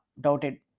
doubted